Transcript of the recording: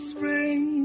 Spring